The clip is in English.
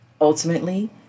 Ultimately